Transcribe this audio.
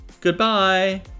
Goodbye